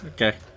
Okay